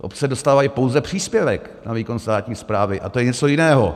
Obce dostávají pouze příspěvek na výkon státní správy, a to je něco jiného.